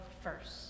first